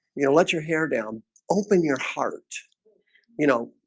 you know, let your hair down open your heart you know